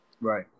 Right